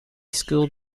school